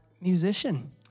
musician